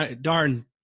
darn